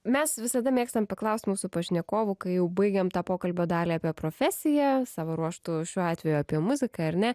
mes visada mėgstam paklaust mūsų pašnekovų kai jau baigiam tą pokalbio dalį apie profesiją savo ruožtu šiuo atveju apie muziką ar ne